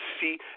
see